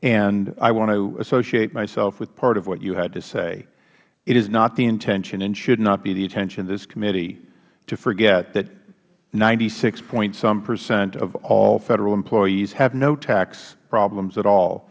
heartfelt i want to associate myself with part of what you had to say it is not the intention and should not be the intention of this committee to forget that ninety six point six percent of all federal employees have no tax problems at all